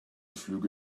flüge